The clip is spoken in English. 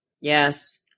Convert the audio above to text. Yes